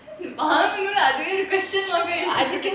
வாங்குனா அதுவே:vanguna athuvae question அதுக்குன்னு:athukunu